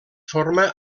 forma